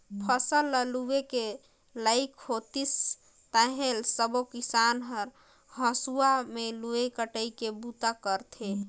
फसल ल लूए के लइक होतिस ताहाँले सबो किसान हर हंसुआ में लुवई कटई के बूता करथे